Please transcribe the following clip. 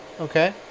Okay